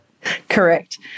Correct